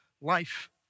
life